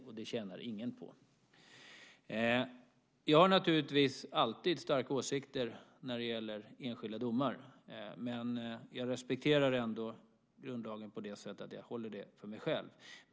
Och det tjänar ingen på. Jag har naturligtvis alltid starka åsikter när det gäller enskilda domar. Men jag respekterar ändå grundlagen på det sättet att jag håller det för mig själv.